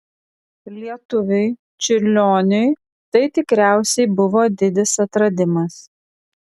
lietuviui čiurlioniui tai tikriausiai buvo didis atradimas